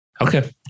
okay